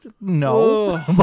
No